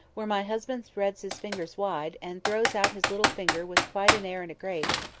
where my husband spreads his fingers wide, and throws out his little finger with quite an air and a grace,